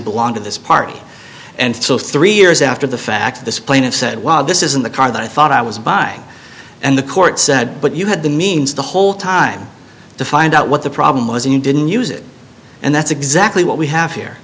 belonged to this party and so three years after the fact this plaintiff said well this isn't the car that i thought i was buying and the court said but you had the means the whole time to find out what the problem was and you didn't use it and that's exactly what we have here